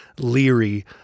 leery